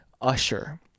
Usher